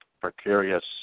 precarious